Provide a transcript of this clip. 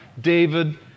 David